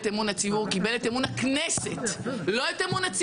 את נפתלי בנט ולא את גדעון סער.